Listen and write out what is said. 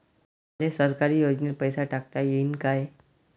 मले सरकारी योजतेन पैसा टाकता येईन काय?